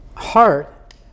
heart